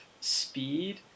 speed